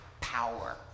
power